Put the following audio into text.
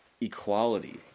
equality